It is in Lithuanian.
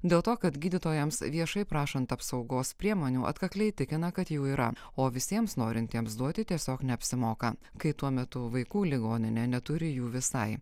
dėl to kad gydytojams viešai prašant apsaugos priemonių atkakliai tikina kad jų yra o visiems norintiems duoti tiesiog neapsimoka kai tuo metu vaikų ligoninė neturi jų visai